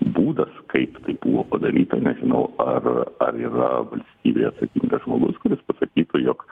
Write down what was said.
būdas kaip tai buvo padaryta nežinau ar ar yra valstybėj atsakingas žmogus kuris pasakytų jog